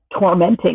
tormenting